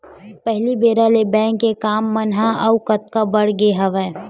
पहिली बेरा ले बेंक के काम मन ह अउ कतको बड़ गे हवय